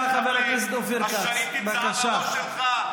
השהידים זה על הראש שלך.